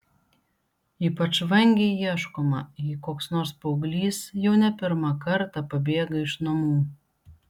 ypač vangiai ieškoma jei koks nors paauglys jau ne pirmą kartą pabėga iš namų